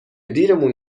دیرمون